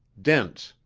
dense,